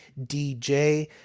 DJ